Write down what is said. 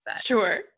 Sure